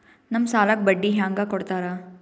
ನಮ್ ಸಾಲಕ್ ಬಡ್ಡಿ ಹ್ಯಾಂಗ ಕೊಡ್ತಾರ?